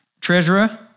Treasurer